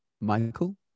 Michael